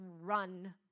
run